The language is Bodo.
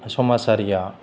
समाजारिया